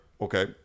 okay